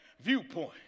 viewpoint